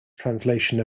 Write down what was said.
translation